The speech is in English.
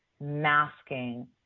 masking